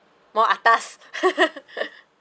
more atas